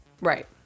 Right